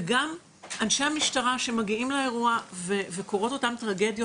וגם אנשי המשטרה שמגיעים לאירוע וקורות אותן טרגדיות